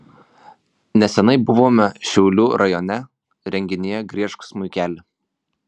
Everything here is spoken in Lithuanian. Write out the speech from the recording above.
neseniai buvome šiaulių rajone renginyje griežk smuikeli